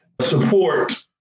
support